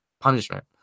punishment